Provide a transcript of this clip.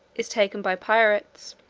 is taken by pirates.